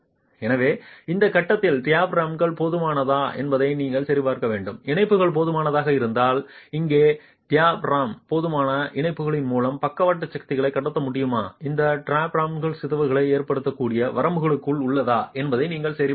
எனவே இந்த கட்டத்தில் டயாபிராம் போதுமானதா என்பதை நாம் சரிபார்க்க வேண்டும் இணைப்புகள் போதுமானதாக இருந்தால் இங்கே டயாபிராம் போதுமான இணைப்புகள் மூலம் பக்கவாட்டு சக்திகளை கடத்த முடியுமா இப்போது டயாபிராம் சிதைவுகள் ஏற்றுக்கொள்ளக்கூடிய வரம்புகளுக்குள் உள்ளதா என்பதை நீங்கள் சரிபார்க்க வேண்டும்